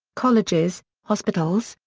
colleges, hospitals,